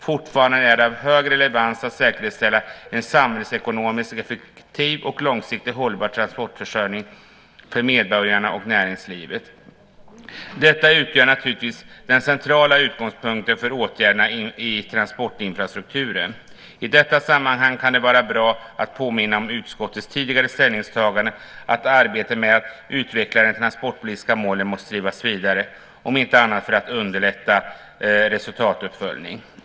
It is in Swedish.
Fortfarande är det av hög relevans att säkerställa en samhällsekonomiskt effektiv och långsiktigt hållbar transportförsörjning för medborgarna och näringslivet. Detta utgör naturligtvis den centrala utgångspunkten för åtgärderna i transportinfrastrukturen. I detta sammanhang kan det vara bra att påminna om utskottets tidigare ställningstagande att arbete med att utveckla de transportpolitiska målen måste drivas vidare, om inte annat för att underlätta resultatuppföljning.